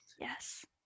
yes